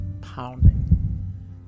pounding